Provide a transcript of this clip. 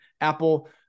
Apple